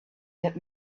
that